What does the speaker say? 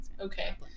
Okay